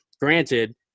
granted